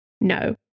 No